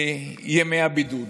ימי הבידוד.